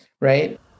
right